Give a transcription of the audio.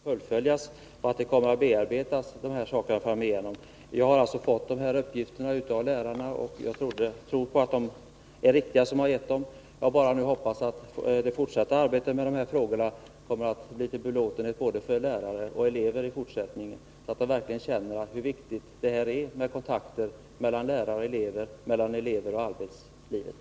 Herr talman! Jag tackar för svaret. Givetvis tror jag att arbetet kommer att fullföljas och att dessa frågor kommer att bearbetas framgent. Jag har alltså fått de aktuella uppgifterna av lärare, och jag tror på dem som har lämnat uppgifterna och på att dessa är riktiga. Nu hoppas jag bara att det fortsatta arbetet med dessa frågor kommer att bli till belåtenhet för både lärare och elever, så att de verkligen känner hur viktigt det är med kontakter mellan lärare och elever samt mellan elever och arbetslivet.